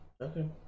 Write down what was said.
Okay